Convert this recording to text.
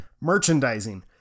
merchandising